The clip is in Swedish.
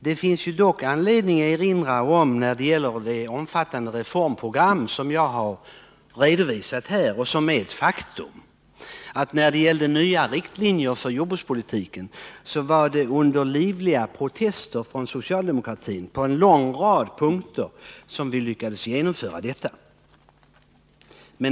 Det finns dock när det gäller det omfattande reformprogram som har redovisats här — och som faktiskt har börjat fungera — anledning att erinra om att vi lyckades genomdriva beslut om de nya riktlinjerna för jordbrukspolitiken under livliga protester från socialdemokraterna på en lång rad punkter.